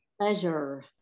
pleasure